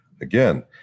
Again